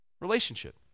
Relationship